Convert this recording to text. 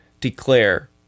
declare